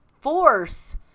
force